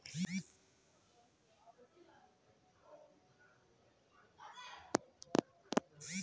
माटी के उपजाऊ लायक बनावे खातिर कई प्रकार कअ माटी अनुकूलक कअ उपयोग कइल जाला